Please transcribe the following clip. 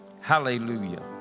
Hallelujah